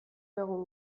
egun